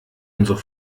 unsere